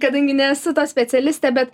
kadangi nesu ta specialistė bet